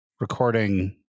recording